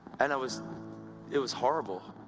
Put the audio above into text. and it was it was horrible,